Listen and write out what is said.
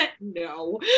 no